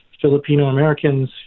Filipino-Americans